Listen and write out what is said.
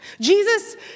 Jesus